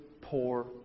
poor